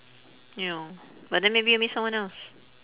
ya but then maybe you'll meet someone else